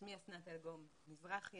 שמי אסנת אלגום מזרחי,